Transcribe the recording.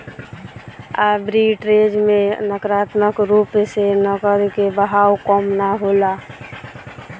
arbitrage में नकारात्मक रूप से नकद के बहाव कम ना होला